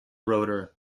rotor